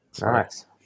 Nice